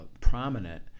prominent